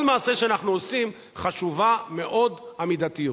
מעשה שאנחנו עושים חשובה מאוד המידתיות.